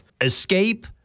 escape